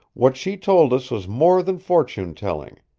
what she told us was more than fortune-telling.